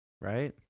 right